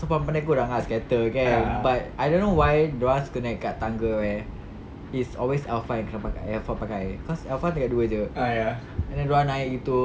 so pandai pandai korang lah scatter kan but I don't know why dorang suka naik kat tangga where it's always alpha yang kena pakai alpha pakai cause alpha tingkat dua jer and then dorang naik itu